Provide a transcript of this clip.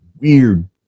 weird